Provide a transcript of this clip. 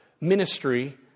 ministry